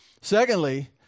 Secondly